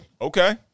Okay